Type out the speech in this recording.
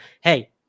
hey